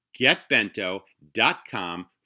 Getbento.com